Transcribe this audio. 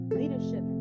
leadership